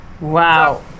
Wow